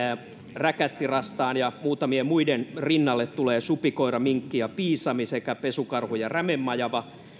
räkättirastaan ja muutamien muiden rinnalle tulevat supikoira minkki ja piisami sekä pesukarhu ja rämemajava